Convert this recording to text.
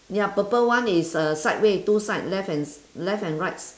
ya purple one is uh side way two side left and s~ left and right s~